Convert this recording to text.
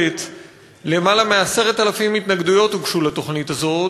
יותר מ-10,000 התנגדויות הוגשו לתוכנית הזאת,